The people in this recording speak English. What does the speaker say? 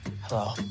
Hello